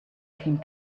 came